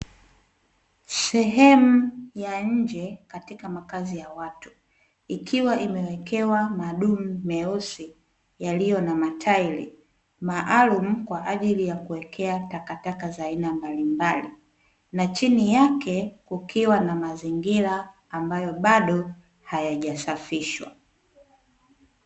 Sehemu ya nje katika makazi ya watu ikiwa imewekewa madumu meusi yaliyo na matairi, maalumu kwa ajili ya kuwekea takataka za aina mbalimbali, na chini yake kukiwa na mazingira ambayo bado hayajasafishwa.